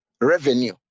revenue